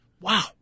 Wow